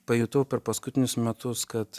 pajutau per paskutinius metus kad